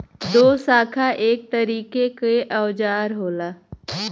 दोशाखा एक तरीके के औजार होला